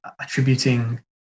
attributing